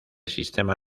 sistema